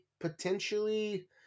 potentially